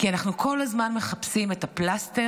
כי אנחנו כל הזמן מחפשים את הפלסטר,